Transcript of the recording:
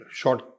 short